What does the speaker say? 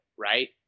right